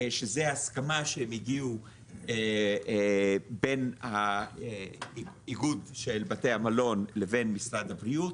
שזה הסכמה שהם הגיעו אליה בין האיגוד של בתי המלון לבין משרד הבריאות.